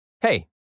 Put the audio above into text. Hey